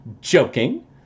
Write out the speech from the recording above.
joking